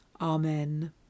Amen